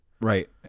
Right